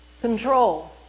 Control